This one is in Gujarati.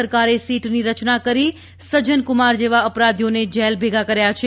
સરકારે સીટની રચના કરી સજ્જનકુમાર જેવા અપરાધીઓને જેલ ભેગા કર્યા છે